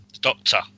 doctor